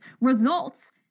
results